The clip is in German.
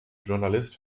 journalist